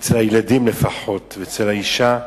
אצל הילדים לפחות, ואצל האשה,